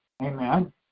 Amen